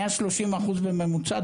130% בממוצע.